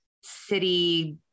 city